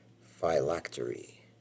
Phylactery